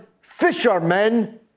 fishermen